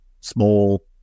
small